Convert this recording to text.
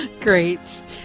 Great